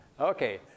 Okay